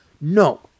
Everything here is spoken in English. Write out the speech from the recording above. no